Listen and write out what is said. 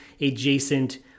adjacent